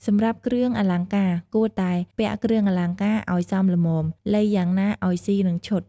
សម្រាប់គ្រឿងអលង្ការគួរតែពាក់គ្រឿងអលង្ការឲ្យសមល្មម លៃយ៉ាងណាឲ្យសុីនឹងឈុត។